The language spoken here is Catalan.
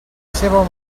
seua